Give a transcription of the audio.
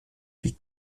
wie